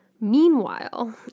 Meanwhile